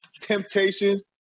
Temptations